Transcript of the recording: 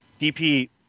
DP